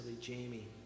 Jamie